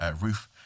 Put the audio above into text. roof